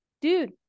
dude